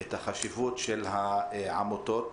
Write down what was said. את החשיבות של העמותות.